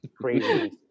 Crazy